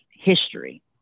history